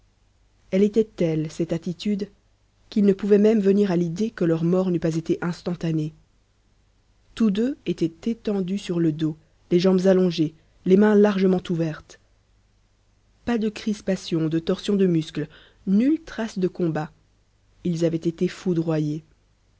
elle était telle cette attitude qu'il ne pouvait même tenir à l'idée que leur mort n'eût pas été instantanée tous deux étaient étendus sur le dos les jambes allongées les mains largement ouvertes pas de crispations de torsions de muscles nulle trace de combat ils avaient été foudroyés